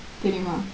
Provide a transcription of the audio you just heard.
தெரியுமா:theriyumaa